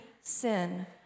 sin